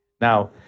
Now